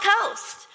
coast